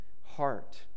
heart